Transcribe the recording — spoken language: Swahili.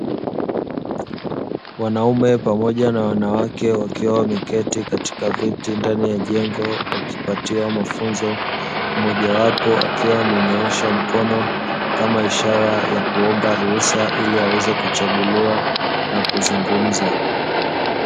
Wanaume pamoja na wanawake, wakiwa wameketi katika viti ndani ya jengo wakipatiwa mafunzo, mmojawapo akiwa amenyoosha mkono kama ishara ya kuomba ruhusa ili aweze kuchaguliwa na kuzungumza.